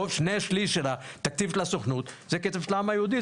שני שליש של התקציב של הסוכנות זה כסף של העם היהודי.